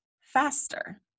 faster